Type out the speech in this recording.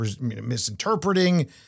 misinterpreting